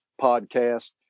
podcast